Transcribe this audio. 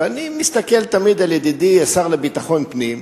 ואני מסתכל תמיד על ידידי השר לביטחון הפנים,